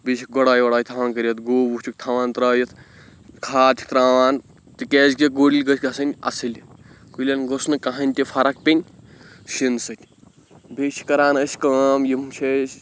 بیٚیہِ چھِکھ گُڑٲے وُڑٲے تھاوان کٔرِتھ گُہہ وُہہ چھِکھ تھاوان ترٲیِتھ کھاد چھِکھ تراوان تِکیازِ کُلۍ گٔژھۍ گژھِنۍ اَصٕل کُلٮ۪ن گوٚژھ نہٕ کِہینۍ تہِ فرق پینۍ شیٖنہٕ سۭتۍ بیٚیہِ چھِ کران أسۍ کٲم یِم چھِ أسۍ